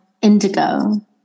Indigo